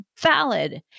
Valid